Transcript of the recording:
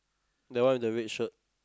that one with the red shirt